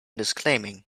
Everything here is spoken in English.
disclaiming